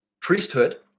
priesthood